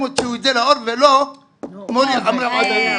הוציאו את זה לאור ולא מורי עמרם עדני?